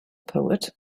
poet